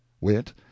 wit